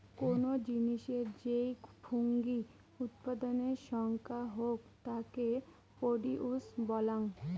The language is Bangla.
কোনো জিনিসের যেই ফুঙ্গি উৎপাদনের সংখ্যা হউক তাকে প্রডিউস বলাঙ্গ